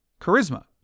charisma